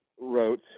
Wrote